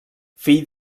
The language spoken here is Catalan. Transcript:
fill